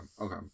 okay